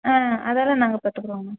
ஆ அதெல்லாம் நாங்கள் பார்த்துக்குறோங்கண்ணா